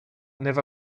never